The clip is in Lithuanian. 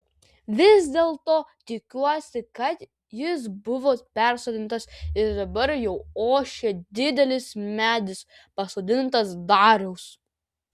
vis dėlto tikiuosi kad jis buvo persodintas ir dabar jau ošia didelis medis pasodintas dariaus